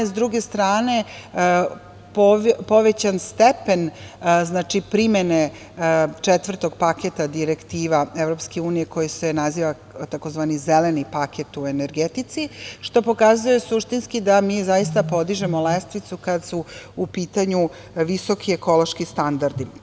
S druge strane, povećan stepen primene četvrtog paketa direktiva EU, koji se naziva tzv. zeleni paket u energetici, što pokazuje suštinski da mi zaista podižemo lestvicu kada su u pitanju visoki ekološki standardi.